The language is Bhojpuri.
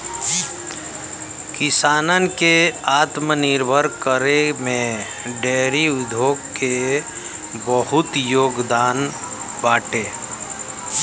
किसानन के आत्मनिर्भर करे में डेयरी उद्योग के बहुते योगदान बाटे